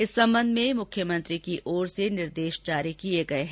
इस संबंध में मुख्यमंत्री की ओर से से निर्देश जारी किए गए हैं